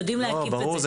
ברור,